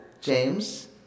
James